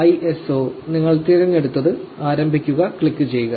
04 ISO നിങ്ങൾ തിരഞ്ഞെടുത്ത് ആരംഭിക്കുക ക്ലിക്കുചെയ്യുക